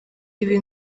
ibi